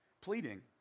Pleading